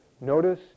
notice